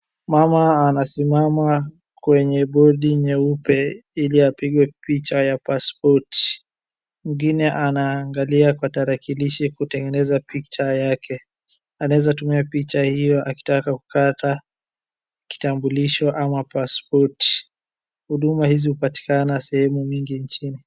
Mama anasimama kwenye bodi nyeupe ili apigwe picha ya pasipoti. Mwingine anaangalia kwa tarakilishi kutegeneza picture yake. Anaeza tumia picha hio akitaka kupata kitambulisho ama pasipoti. Huduma hizi hupatikana sehemu mingi nchini.